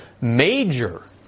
major